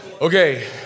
Okay